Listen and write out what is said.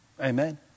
Amen